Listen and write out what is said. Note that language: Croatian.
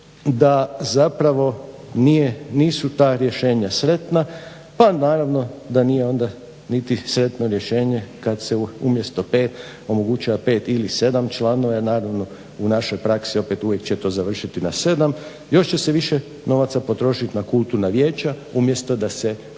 da zapravo nisu ta rješenja sretna pa naravno da nije onda niti sretno rješenje kad se umjesto 5 omogućuje 5 ili 7 članova jer naravno u našoj praksi opet uvijek će to završiti na 7. Još će se više novaca potrošiti na kulturna vijeća umjesto da se uistinu